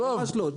לא ממש לא.